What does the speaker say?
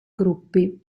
gruppi